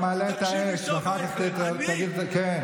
כי אתה מעלה את האש, ואחר כך תגיד, אני?